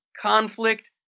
conflict